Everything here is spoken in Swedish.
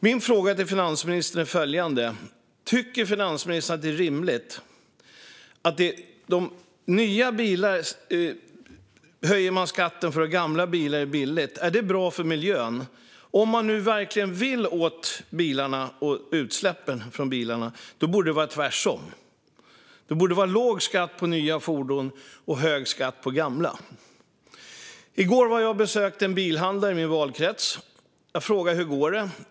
Min fråga till finansministern är följande: Tycker finansministern det är rimligt att man höjer skatten för nya bilar medan det är billigt för gamla bilar? Är det bra för miljön? Om man verkligen vill åt bilarna och utsläppen från bilarna borde det vara tvärtom. Det borde vara låg skatt på nya fordon och hög skatt på gamla. I går var jag och besökte en bilhandlare i min valkrets. Jag frågade: Hur går det?